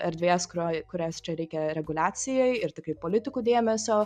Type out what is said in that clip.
erdvės kurioj kurias čia reikia reguliacijai ir tikrai politikų dėmesio